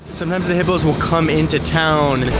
sometimes the hippos will come into town.